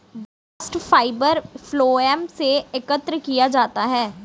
bast fibre phloem से एकत्र किया जाता है